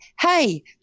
hey